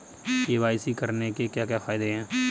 KYC करने के क्या क्या फायदे हैं?